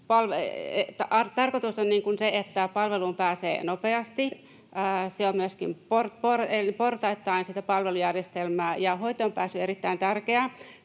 Tarkoitus on, että palveluun pääsee nopeasti, portaittain sitä palvelujärjestelmää. Hoitoonpääsy on erittäin tärkeää.